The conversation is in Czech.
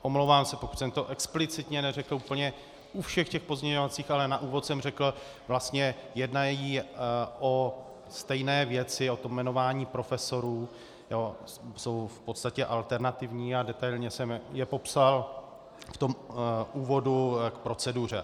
Omlouvám se, pokud jsem to explicitně neřekl úplně u všech těch pozměňovacích, ale na úvod jsem řekl vlastně, jednají o stejné věci, o tom jmenování profesorů, jsou v podstatě alternativní a detailně jsem je popsal v tom úvodu k proceduře.